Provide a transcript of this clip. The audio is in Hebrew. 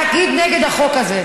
תנו לה לסיים את דבריה.